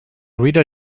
reader